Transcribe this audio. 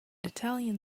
italian